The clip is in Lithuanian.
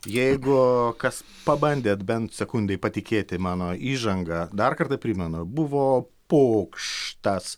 jeigu kas pabandėt bent sekundei patikėti mano įžanga dar kartą primenu buvo pokštas